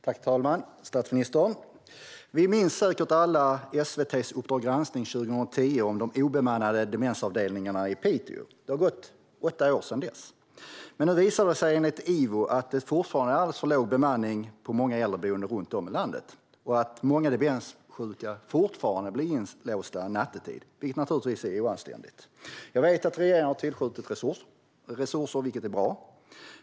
Herr talman! Statsministern! Vi minns säkert alla reportaget från 2010 om de obemannade demensavdelningarna i Piteå i SVT:s Uppdrag granskning . Det har gått åtta år sedan dess. Nu visar det sig enligt IVO att det fortfarande är alldeles för låg bemanning på många äldreboenden runt om i landet. Många demenssjuka blir fortfarande inlåsta nattetid, vilket naturligtvis är oanständigt. Jag vet att regeringen har tillskjutit resurser, vilket är bra.